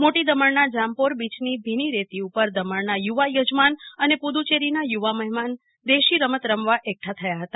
મોટી દમણના જામપોર બીચની ભીની રેતી ઉપર દમણના યુવા યજમાન અને પુદુ ચેરી ના યુવા મહેમાન દેશીરમત રમવા એકઠા થયા હતા